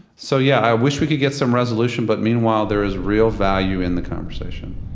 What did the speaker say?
so yeah, i wish we could get some resolution, but meanwhile, there is real value in the conversation.